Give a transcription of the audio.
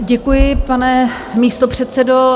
Děkuji, pane místopředsedo.